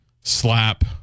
slap